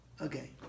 Okay